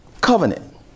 Covenant